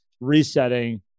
resetting